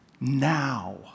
Now